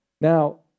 Now